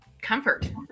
comfort